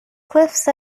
cliffs